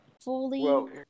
fully